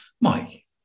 Mike